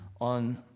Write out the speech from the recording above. on